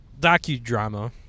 docudrama